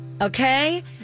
okay